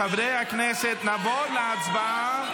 חברי הכנסת, נעבור להצבעה.